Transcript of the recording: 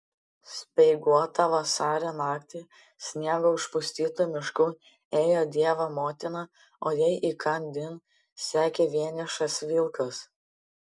speiguotą vasario naktį sniego užpustytu mišku ėjo dievo motina o jai įkandin sekė vienišas vilkas